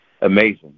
amazing